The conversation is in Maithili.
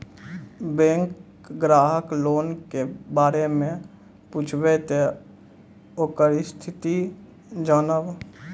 बैंक ग्राहक लोन के बारे मैं पुछेब ते ओकर स्थिति जॉनब?